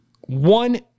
One